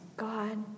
God